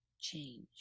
change